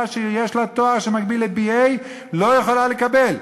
שיש לה תואר שמקביל ל-BA לא יכולה לקבל.